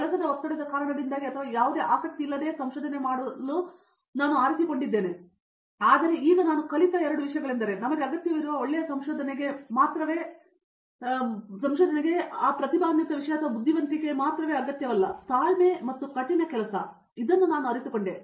ಕೆಲಸದ ಒತ್ತಡದ ಕಾರಣದಿಂದಾಗಿ ಅಥವಾ ಯಾವುದೇ ಆಸಕ್ತಿ ಇಲ್ಲದೆಯೇ ಸಂಶೋಧನೆ ಮಾಡಲು ನಾನು ಆರಿಸಿಕೊಂಡಿದ್ದೇನೆ ಆದರೆ ಈಗ ನಾನು ಕಲಿತ ಎರಡು ವಿಷಯಗಳೆಂದರೆ ನಮಗೆ ಅಗತ್ಯವಿರುವ ಒಳ್ಳೆಯ ಸಂಶೋಧನೆಗೆ ಮಾತ್ರವೇ ಆ ಪ್ರತಿಭಾನ್ವಿತ ವಿಷಯ ಅಥವಾ ಬುದ್ಧಿವಂತಿಕೆಯ ಅಗತ್ಯವಿಲ್ಲ ತಾಳ್ಮೆ ಮತ್ತು ಕಠಿಣ ಕೆಲಸ ಆದ್ದರಿಂದ ನಾನು ಅದನ್ನು ಅರಿತುಕೊಂಡೆ